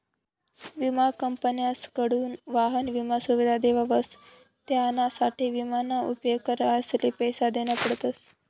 विमा कंपन्यासकडथून वाहन ईमा सुविधा देवावस त्यानासाठे ईमा ना उपेग करणारसले पैसा देना पडतस